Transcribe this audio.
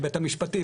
ובהיבט המשפטי,